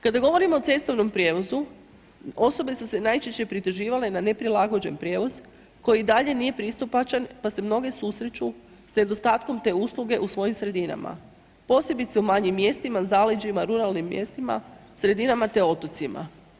Kada govorimo o cestovnom prijevozu, osobe su se najčešće prituživale na neprilagođen prijevoz, koji i dalje nije pristupačan, pa se mnogi susreću s nedostatkom te usluge u svojim sredinama, posebice u manjim mjestima, zaleđima, ruralnim mjestima, sredinama te otocima.